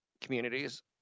communities